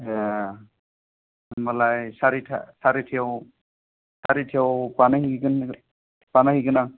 ए होनबालाय सारिथा सारिथायाव सारिथायाव बानायहैगोन बानायहैगोन आं